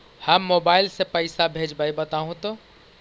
हम मोबाईल से पईसा भेजबई बताहु तो?